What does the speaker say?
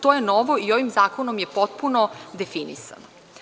To je novo i ovim zakonom je potpuno definisano.